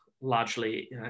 largely